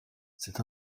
c’est